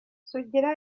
sugira